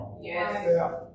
Yes